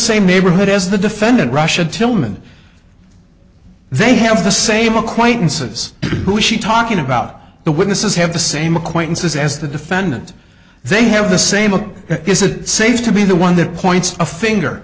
same neighborhood as the defendant russia tilman they have the same acquaintances who she talking about the witnesses have the same acquaintances as the defendant they have the same of his it seems to be the one that points a finger